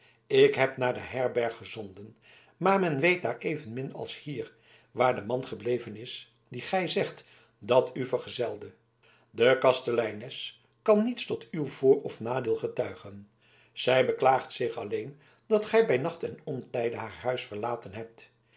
ik heb naar de herberg gezonden maar men weet daar evenmin als hier waar de man gebleven is dien gij zegt dat u vergezelde de kasteleines kan niets tot uw voor of nadeel getuigen zij beklaagt zich alleen dat gij bij nacht en ontijde haar huis verlaten hebt